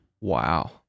wow